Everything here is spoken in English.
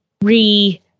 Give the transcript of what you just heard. re